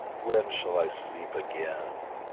when shall i sleep again?